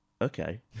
okay